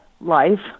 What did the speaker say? life